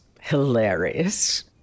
hilarious